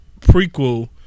prequel